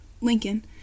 Lincoln